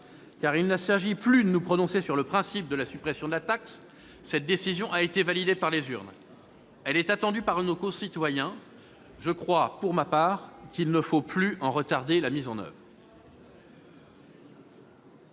Or il ne s'agit plus de nous prononcer sur le principe de la suppression de la taxe d'habitation. Cette décision a été validée par les urnes. Elle est attendue par nos concitoyens. Je crois, pour ma part, qu'il ne faut plus en retarder la mise en oeuvre.